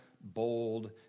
bold